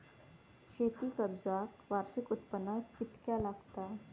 शेती कर्जाक वार्षिक उत्पन्न कितक्या लागता?